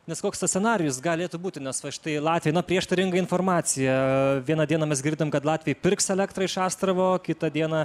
nes koks tas scenarijus galėtų būti nes va štai latviai na prieštaringa informacija vieną dieną mes girdim kad latviai pirks elektrą iš astravo kitą dieną